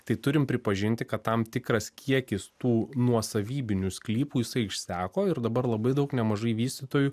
tai turim pripažinti kad tam tikras kiekis tų nuosavybinių sklypų jisai išseko ir dabar labai daug nemažai vystytojų